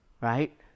Right